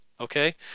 okay